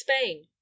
spain